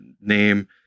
name